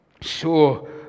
Sure